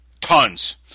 Tons